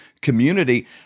community